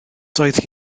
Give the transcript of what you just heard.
doedd